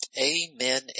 Amen